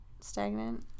stagnant